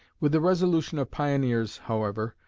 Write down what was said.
with the resolution of pioneers, however,